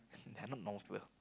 they are not normal people